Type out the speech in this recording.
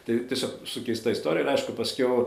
tai tiesiog sukeista istorija ir aišku paskiau